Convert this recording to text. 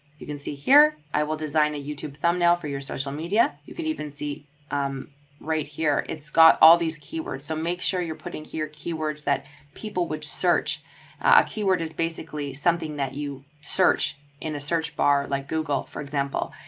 you can see here i will design a youtube thumbnail for your social media. you can even see um right here, it's got all these keywords. so make sure you're putting here keywords that people would search. a keyword is basically something that you search in a search bar, like google, for example.